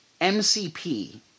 MCP